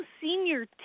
senior